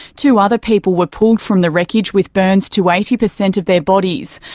two other people were pulled from the wreckage with burns to eighty percent of their bodies.